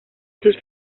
sus